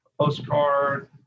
postcard